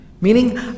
Meaning